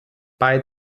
bei